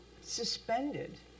suspended